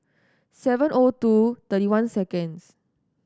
seven O two thirty one seconds